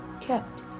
kept